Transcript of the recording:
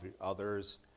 others